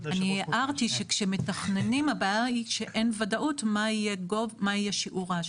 אני הערתי שכשמתכננים הבעיה היא שאין ודאות מה יהיה שיעור ההשבחה.